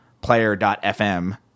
player.fm